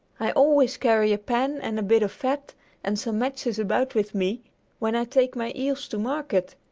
i always carry a pan and a bit of fat and some matches about with me when i take my eels to market,